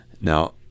Now